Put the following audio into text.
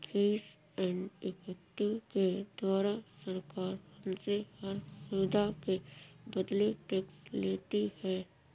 fees and effective के द्वारा सरकार हमसे हर सुविधा के बदले टैक्स लेती है